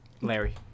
larry